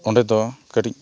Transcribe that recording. ᱚᱸᱰᱮ ᱫᱚ ᱠᱟᱹᱴᱤᱡ